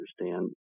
understand